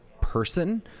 person